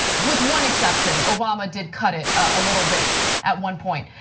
with one exception, obama did cut it a little bit at one point.